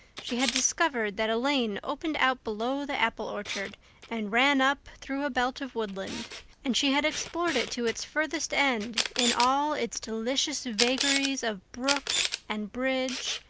she had discovered that a lane opened out below the apple orchard and ran up through a belt of woodland and she had explored it to its furthest end in all its delicious vagaries of brook and bridge,